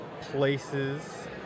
places